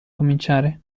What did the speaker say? cominciare